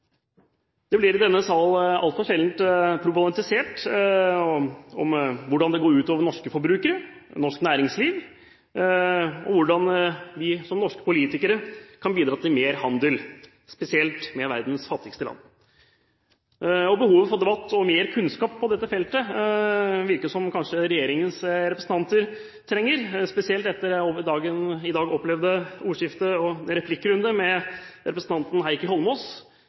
Det blir i denne sal altfor sjelden problematisert over hvordan det går ut over norske forbrukere, norsk næringsliv, og hvordan vi som norske politikere kan bidra til mer handel, spesielt med verdens fattigste land. Det virker som om regjeringens representanter trenger debatt og mer kunnskap på dette feltet, spesielt etter en replikkrunde med representanten Heikki Holmås i dag, der jeg